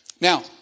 Now